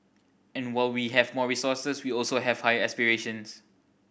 and while we have more resources we also have higher aspirations